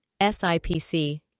SIPC